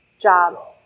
job